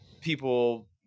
people